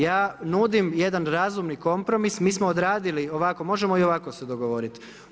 Ja nudim jedan razumni kompromis, mi smo odradili ovako, možemo i ovako se dogovoriti.